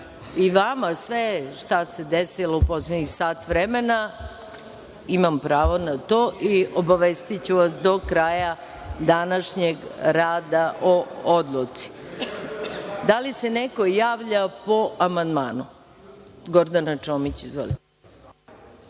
sve šta se desilo u poslednjih sat vremena, imam pravo na to i obavestiću vas do kraja današnjeg rada o odluci. Da li se neko javlja po amandmanu? (Da)Gordana Čomić, izvolite.